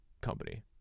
company